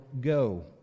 go